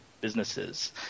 businesses